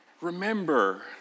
Remember